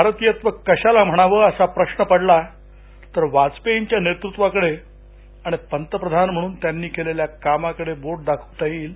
भारतीयत्व कशाला म्हणावं असा प्रश्न आल्यास वाजपेयींच्या नेतृत्वाकडे आणि पंतप्रधान म्हणून त्यांनी केलेल्या कामाकडे बोट दाखवता येईल